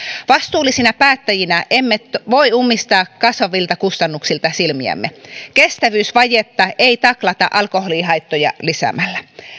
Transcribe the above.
vastuullisina päättäjinä emme voi ummistaa silmiämme kasvavilta kustannuksilta kestävyysvajetta ei taklata alkoholihaittoja lisäämällä